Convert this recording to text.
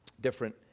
different